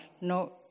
no